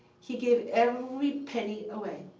he gave every penny away.